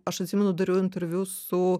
aš atsimenu dariau interviu su